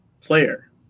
player